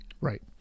Right